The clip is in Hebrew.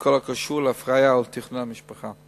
בכל הקשור להפריה או לתכנון המשפחה.